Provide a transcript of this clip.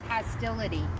hostility